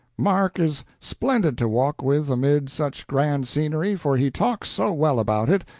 mark is splendid to walk with amid such grand scenery, for he talks so well about it,